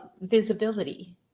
visibility